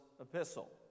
epistle